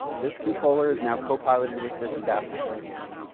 this controller is now copiloted with this adaptive controller.